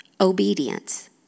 obedience